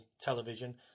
television